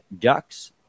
Ducks